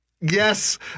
yes